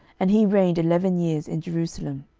and he reigned eleven years in jerusalem.